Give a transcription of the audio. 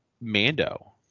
Mando